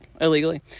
illegally